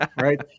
right